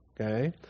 okay